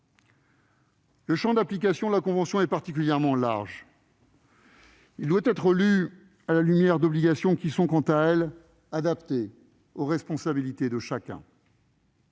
Le champ d'application de la convention est particulièrement large. Il doit être lu à la lumière d'obligations qui sont, quant à elles, adaptées aux responsabilités de chacun.